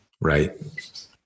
Right